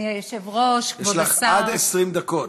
אדוני היושב-ראש, כבוד השר, יש לך עד 20 דקות.